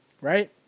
Right